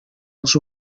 als